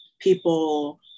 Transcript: people